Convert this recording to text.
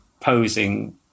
posing